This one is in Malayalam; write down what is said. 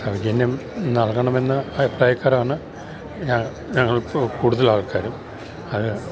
സൗജന്യം നൽകണമെന്ന അഭിപ്രായക്കാരാണ് ഞങ്ങൾ ഇപ്പോള് കൂടുതൽ ആൾക്കാരും അത്